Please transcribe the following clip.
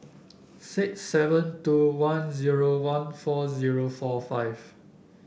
six seven two one zero one four zero four five